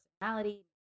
personality